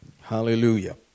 Hallelujah